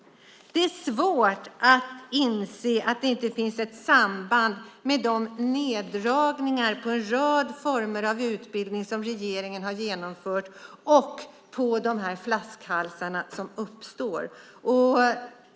Det är svårt att inse att det inte finns ett samband när det gäller de neddragningar på en rad former av utbildningar som regeringen genomfört och de flaskhalsar som uppstår.